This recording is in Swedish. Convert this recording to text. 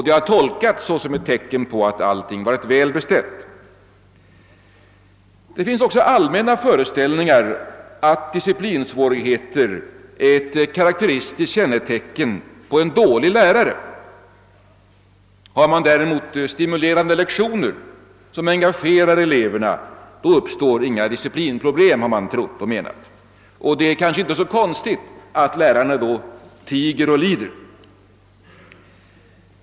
Det har tolkats såsom ett tecken på att allting varit väl beställt. Det finns också allmänna föreställningar, att disciplinsvårigheter är ett karakteristiskt kännetecken på en dålig lärare. Har man däremot stimulerande lektioner, som engagerar eleverna, då uppstår inga disciplinproblem, har man trott och menat, och det är kanske inte så konstigt att lärarna då tiger och lider.